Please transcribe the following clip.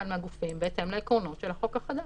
מהגופים בהתאם לעקרונות של החוק החדש.